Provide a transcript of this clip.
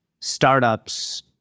startups